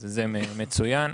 זה מצוין,